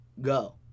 go